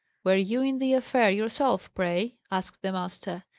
were you in the affair yourself, pray? asked the master.